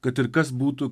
kad ir kas būtų